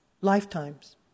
lifetimes